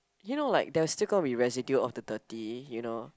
you know like there's still gonna be like residue of the dirty you know